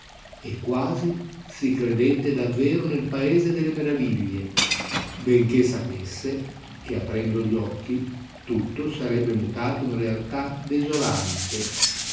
e quasi si credette davvero nel paese delle meraviglie benchè sapesse che aprendo gli occhi tutto sarebbe mutato in realtà desolante avrebbe